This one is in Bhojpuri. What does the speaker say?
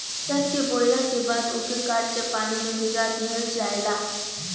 सन के बोवला के बाद ओके काट के पानी में भीगा दिहल जाला